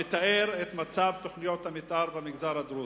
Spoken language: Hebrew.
המתאר את מצב תוכניות המיתאר במגזר הדרוזי.